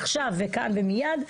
עכשיו וכאן ומייד,